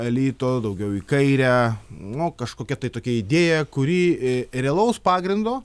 elito daugiau į kairę nu kažkokia tai tokia idėja kuri realaus pagrindo